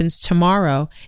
tomorrow